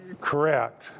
correct